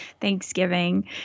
Thanksgiving